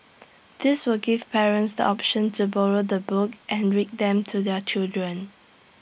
this will give parents the option to borrow the book and read them to their children